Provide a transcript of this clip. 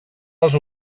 les